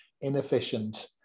inefficient